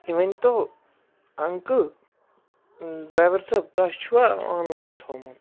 یہِ ؤنۍتو uncle driver صٲب تۄہہِ چھُوا آنلاین تھوومُت